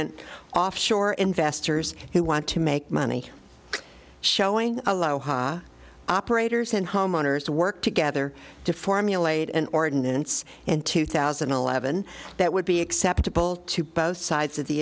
an off shore investors who want to make money showing allow ha operators and homeowners to work together to formulate an ordinance in two thousand and eleven that would be acceptable to both sides of the